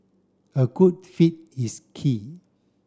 a good fit is key